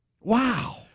Wow